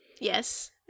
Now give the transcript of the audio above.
Yes